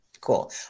Cool